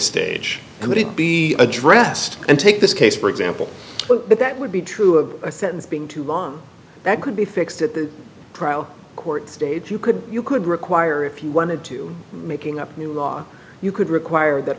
stage and would it be addressed and take this case for example but that would be true of a sentence being too long that could be fixed at the trial court stage you could you could require if you wanted to making up new law you could require that